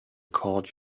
caught